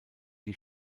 die